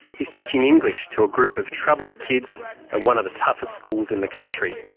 he's teaching english to a group of troubled kids at one of the toughest schools in the country.